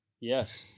Yes